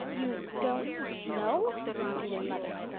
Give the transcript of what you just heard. you don't know repeated mother.